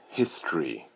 history